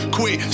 Quit